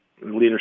Leadership